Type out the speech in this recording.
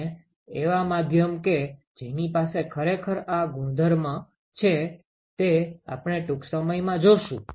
અને એવા માધ્યમ કે જેની પાસે ખરેખર આ ગુણધર્મ છે તે આપણે ટૂંક સમયમાં જોશું